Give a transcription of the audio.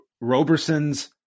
roberson's